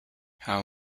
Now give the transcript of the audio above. how